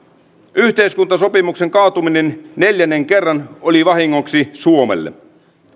yhteiskuntasopimuksen kaatuminen neljännen kerran oli vahingoksi suomelle